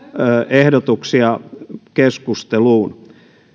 ehdotuksia keskusteluun